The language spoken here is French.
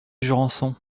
jurançon